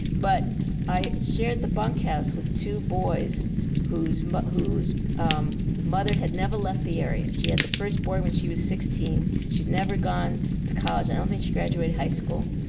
but i shared the bunk house with two boys whose but whose um mother had never left the area. she had the first boy when she was sixteen she'd never gone to college, i don't think she graduated high school.